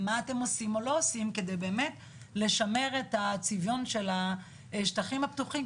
מה אתם עושים או לא עושים כדי באמת לשמר את הצביון של השטחים הפתוחים,